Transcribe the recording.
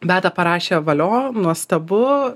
beata parašė valio nuostabu